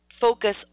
focus